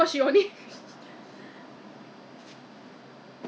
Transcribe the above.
modernised lah !eh! 可是你去那些 err